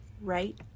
right